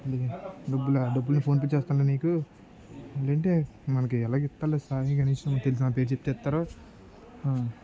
అందుకని డబ్బులు డబ్బుని ఫోన్పే చేస్తానులే నీకు ఏంటంటే మనకు ఎలాగ అయితే సాయి గణేష్ మనకు తెలుసు నా పేరు ఇస్తారు